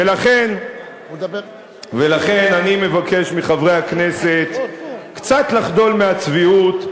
ולכן אני מבקש מחברי הכנסת קצת לחדול מהצביעות,